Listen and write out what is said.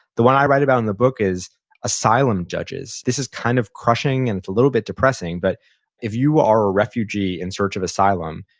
the one i write about in the book is asylum judges. this is kind of crushing and it's a little bit depressing, but if you are a refugee in search of asylum,